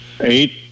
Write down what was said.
Eight